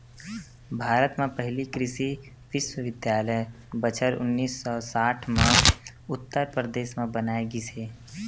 भारत म पहिली कृषि बिस्वबिद्यालय बछर उन्नीस सौ साठ म उत्तर परदेस म बनाए गिस हे